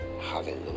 hallelujah